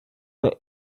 their